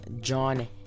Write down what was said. John